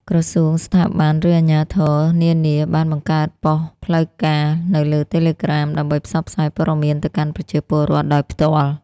ក្រសួង ស្ថាប័ន ឬអាជ្ញាធរនានាបាន បង្កើតប៉ុស្តិ៍ផ្លូវការ នៅលើ Telegram ដើម្បីផ្សព្វផ្សាយព័ត៌មានទៅកាន់ប្រជាពលរដ្ឋដោយផ្ទាល់។